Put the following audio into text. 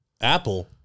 Apple